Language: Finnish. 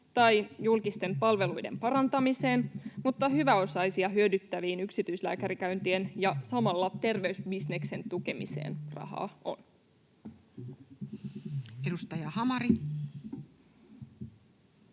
tai julkisten palveluiden parantamiseen, mutta hyväosaisia hyödyttävään yksityislääkärikäyntien ja samalla terveysbisneksen tukemiseen rahaa on. [Speech 54]